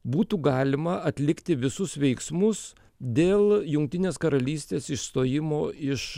būtų galima atlikti visus veiksmus dėl jungtinės karalystės išstojimo iš